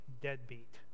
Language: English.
deadbeat